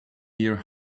near